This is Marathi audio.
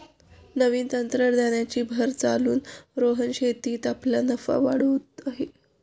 नवीन तंत्रज्ञानाची भर घालून रोहन शेतीत आपला नफा वाढवत आहे